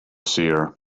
seer